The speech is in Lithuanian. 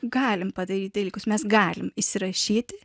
galim padaryt dalykus mes galim įsirašyti